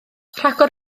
rhagor